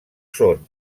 són